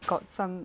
got some